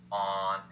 on